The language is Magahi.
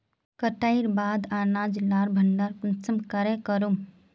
कटाईर बाद अनाज लार भण्डार कुंसम करे करूम?